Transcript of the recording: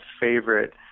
favorite